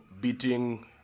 beating